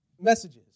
messages